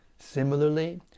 Similarly